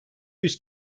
yüz